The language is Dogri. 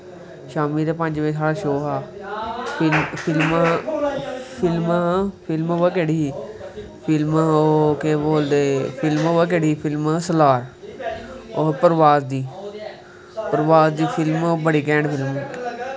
शामीं चे पंज बज़े साढ़ा शो हा फिल्म पता केह्ड़ी ही फ्लम केह् बोलदे फिल्म पता केह्ड़ी ही सलार परवाज़ दी परवाज़ दी फिल्म बड़ी कैंड़ फिल्म